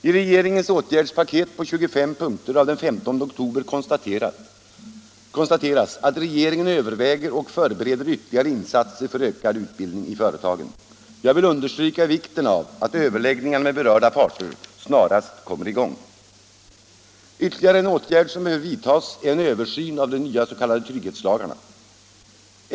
I regeringens åtgärdspaket på 25 punkter av den 15 oktober konstateras att ”regeringen överväger och förbereder ytterligare insatser för ökad utbildning i företagen”. Jag vill understryka vikten av att överläggningarna med berörda parter snarast kommer i gång. En tredje åtgärd som behöver vidtas är en översyn av de nya s.k. trygghetslagarna.